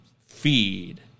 feed